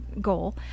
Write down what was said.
goal